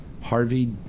Harvey